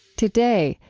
today,